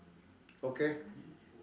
okay